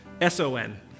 S-O-N